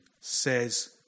says